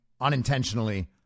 unintentionally